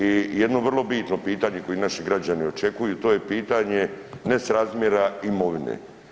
I jedno vrlo bitno pitanje koje naši građani očekuju, to je pitanje nesrazmjera imovine.